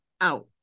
out